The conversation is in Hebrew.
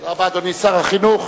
תודה רבה, אדוני שר החינוך.